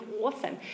awesome